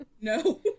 No